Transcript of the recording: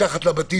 מתחת לבתים.